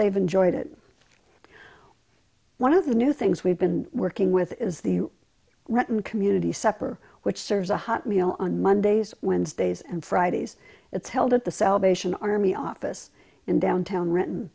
they've enjoyed it one of the new things we've been working with is the written community separ which serves a hot meal on mondays wednesdays and fridays it's held at the salvation army office in downtown written